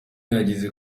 yagiye